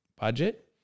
budget